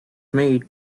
made